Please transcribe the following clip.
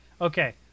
Okay